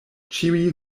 ĉiuj